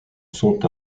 sont